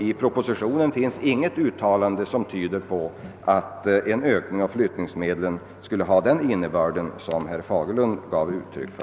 I propositionen finns inte heller något uttalande som tyder på att dessa ökade bidrag skulle ha den innebörd som herr Fagerlund gav uttryck ut.